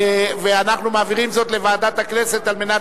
ואנחנו מעבירים זאת לוועדת הכנסת על מנת